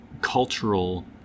cultural